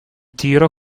tiro